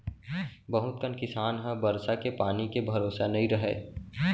बहुत कन किसान ह बरसा के पानी के भरोसा नइ रहय